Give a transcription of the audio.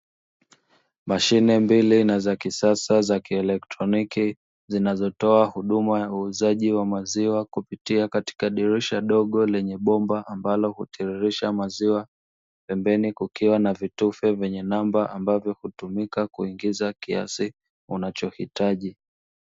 Mashine mbili na za kisasa za kieletroniki zinazotoa huduma ya uuzaji wa maziwa kupitia katika dirisha dogo lenye bomba, ambalo hutiririsha maziwa pembeni kukiwa na vitufe vyenya namba ambavyo hutumika kuingiza kiasi unachohitaji.